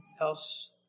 else